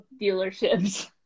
dealerships